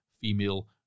female